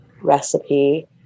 recipe